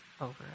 over